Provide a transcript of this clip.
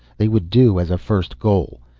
they would do as a first goal.